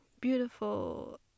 beautiful